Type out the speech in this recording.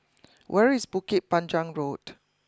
where is Bukit Panjang Road